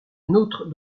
nôtre